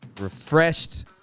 refreshed